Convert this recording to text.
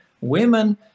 women